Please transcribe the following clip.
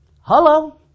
Hello